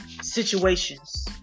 situations